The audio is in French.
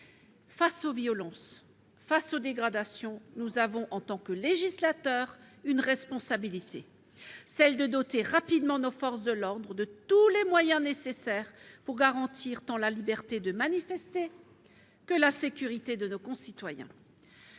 Face aux violences, aux dégradations, notre responsabilité de législateur est de doter rapidement nos forces de l'ordre de tous les moyens nécessaires pour garantir tant la liberté de manifester que la sécurité de nos concitoyens.